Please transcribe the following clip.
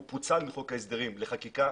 הוא פוצל מחוק ההסדרים לחקיקה,